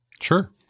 Sure